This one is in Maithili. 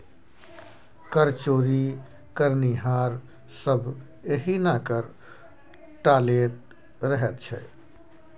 कर चोरी करनिहार सभ एहिना कर टालैत रहैत छै